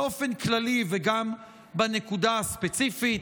באופן כללי וגם בנקודה הספציפית.